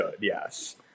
Yes